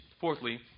Fourthly